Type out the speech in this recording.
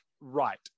right